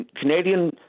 Canadian